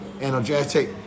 energetic